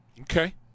Okay